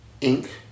ink